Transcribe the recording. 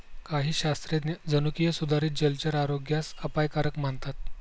काही शास्त्रज्ञ जनुकीय सुधारित जलचर आरोग्यास अपायकारक मानतात